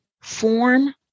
form